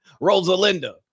Rosalinda